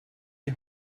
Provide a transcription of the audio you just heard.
die